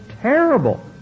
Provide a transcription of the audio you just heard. terrible